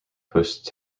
post